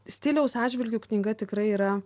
stiliaus atžvilgiu knyga tikrai yra